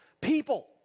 people